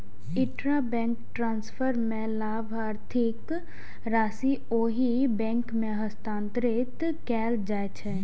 intrabank transfer मे लाभार्थीक राशि ओहि बैंक मे हस्तांतरित कैल जाइ छै